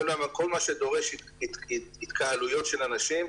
כל מה שדורש התקהלויות של אנשים,